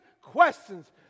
questions